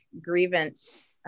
grievance